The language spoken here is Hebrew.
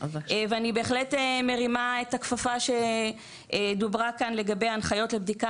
אני בהחלט מרימה כאן את הכפפה לגבי מה שדובר כאן על ההנחיות לבדיקה